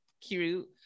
cute